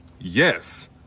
Yes